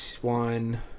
one